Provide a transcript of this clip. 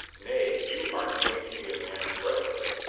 nay, you are made to be a man's breastplate.